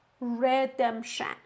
Redemption